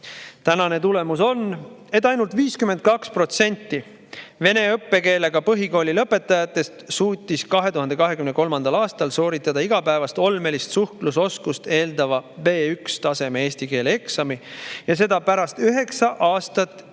Tänane tulemus on, et ainult 52% vene õppekeelega põhikooli lõpetajatest suutis 2023. aastal sooritada igapäevast olmelist suhtlusoskust eeldava B1-taseme eesti keele eksami, ja seda pärast üheksa aastat ja